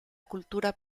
cultura